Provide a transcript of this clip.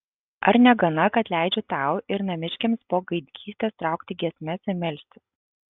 ar negana kad leidžiu tau ir namiškiams po gaidgystės traukti giesmes ir melstis